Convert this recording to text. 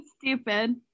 stupid